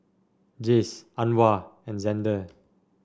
Jayce Anwar and Xander